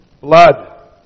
blood